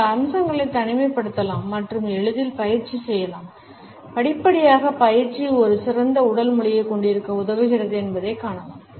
இந்த அம்சங்களை தனிமைப்படுத்தலாம் மற்றும் எளிதில் பயிற்சி செய்யலாம் படிப்படியாக பயிற்சி ஒரு சிறந்த உடல் மொழியைக் கொண்டிருக்க உதவுகிறது என்பதைக் காணலாம்